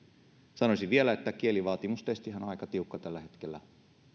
sanoisin vielä että kielivaatimustestihän on on aika tiukka tällä hetkellä